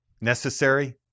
Necessary